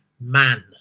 man